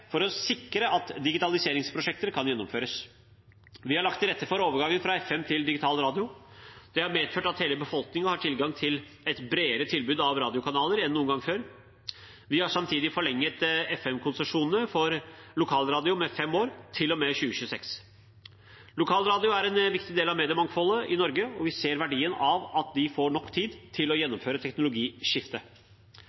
for å sikre at digitaliseringsprosjekter kan gjennomføres. Vi har lagt til rette for overgangen fra FM til digital radio. Det har medført at hele befolkningen har tilgang til et bredere tilbud av radiokanaler enn noen gang før. Vi har samtidig forlenget FM-konsesjonene for lokalradio med fem år, til og med 2026. Lokalradio er en viktig del av mediemangfoldet i Norge, og vi ser verdien av at de får nok tid til å